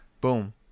boom